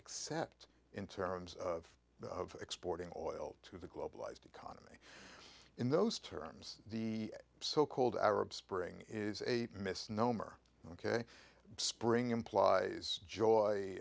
except in terms of the of exporting oil to the globalized economy in those terms the so called arab spring is a misnomer ok spring implies joy